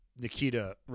Nikita